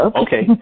okay